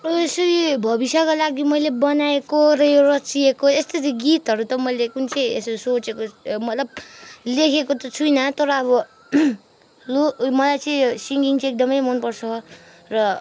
अब यसरी भविष्यको लागि मैले बनाएको र यो रचिएको यसरी गीतहरू त मैले कुन चाहिँ यसो सोचेको मतलब लेखेको त छुइनँ तर अब लु मलाई चाहिँ यो सिङ्गिङ चाहिँ एकदमै मन पर्छ र